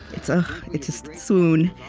it's ah it's just swoon.